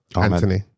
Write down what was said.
Anthony